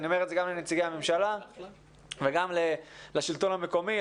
אני אומר את זה גם לנציגי הממשלה וגם לשלטון המקומי,